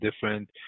different